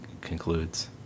concludes